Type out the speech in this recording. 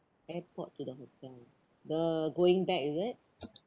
airport to the hotel the going back is it